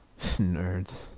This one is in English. Nerds